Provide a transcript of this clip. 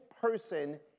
person